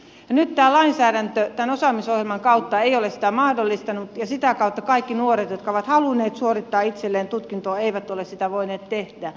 nyt tämä lainsäädäntö tämän osaamisohjelman kautta ei ole sitä mahdollistanut ja sitä kautta kaikki nuoret jotka ovat halunneet suorittaa itselleen tutkintoa eivät ole sitä voineet tehdä